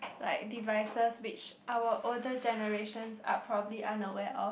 like devices which our older generations are probably unaware of